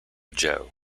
joe